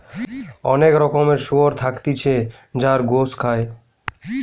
অনেক রকমের শুয়োর থাকতিছে যার গোস খায়